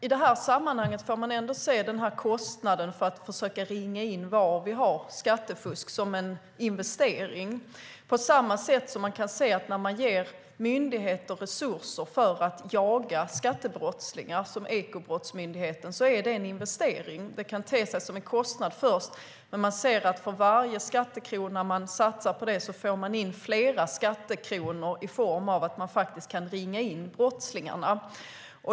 I det här sammanhanget får man se kostnaden för att försöka ringa in var vi har skattefusk som en investering. Det är på samma sätt när man ger myndigheter som Ekobrottsmyndigheten resurser för att jaga skattebrottslingar. Det är en investering. Det kan te sig som en kostnad först. Men man ser att för varje skattekrona som man satsar får man in flera skattekronor genom att man kan ringa in brottslingarna.